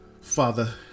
father